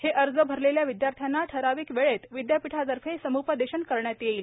हे अर्ज अरलेल्या विद्यार्थ्यांना ठराविक वेळेत विद्यापीठातर्फे सम्पदेशन करण्यात येईल